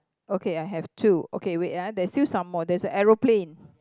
okay I have two okay wait ah there's still some more there is a aeroplane